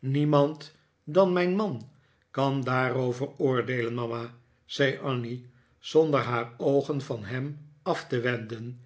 niemand dan mijn man kan daarover oordeelen mama zei annie zonder haar oogen van hem af te wenden